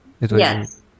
Yes